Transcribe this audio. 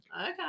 Okay